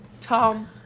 Tom